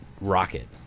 rocket